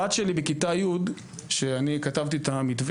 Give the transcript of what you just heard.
הבת שלי הייתה בכיתה ט' כשכתבתי את המתווה,